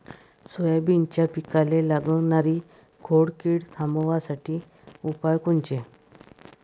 सोयाबीनच्या पिकाले लागनारी खोड किड थांबवासाठी उपाय कोनचे?